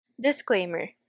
Disclaimer